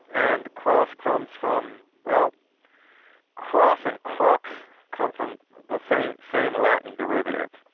and cross comes from, well cross and crux come from the same same latin derivative.